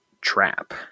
trap